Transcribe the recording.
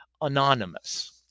anonymous